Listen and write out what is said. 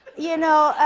you know.